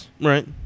Right